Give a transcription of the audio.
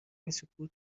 سکوت